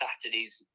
Saturday's